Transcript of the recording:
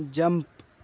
jump